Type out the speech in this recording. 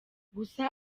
gusa